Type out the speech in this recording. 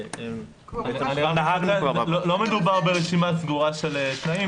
לא מדובר ברשימה סגורה של תנאים,